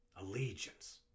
Allegiance